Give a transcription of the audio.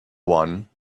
one